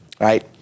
right